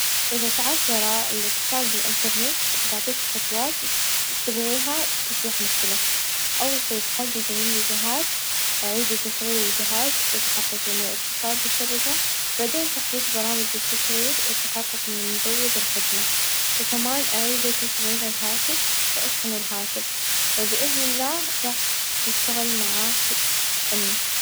إذا تعذر الإتصال بالانترنت بعطيك خطوات تسمعيها تصلح مشكلتك، أول شي تحققي من الجهاز، أعيدي تشغيل الجهاز ،وتحققي من الإتصال بالشبكة، بعدين تحديث برامج التشغيل ، والتحقق من مزود الخدمة ،وكمان أعيدي تشغيل الهاتف ،واشحني الهاتف ،وبإذن الله راح يشتغل معاك النت.